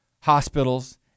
hospitals